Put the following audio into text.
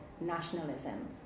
nationalism